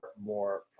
more